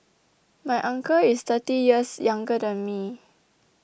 my uncle is thirty years younger than me